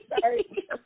sorry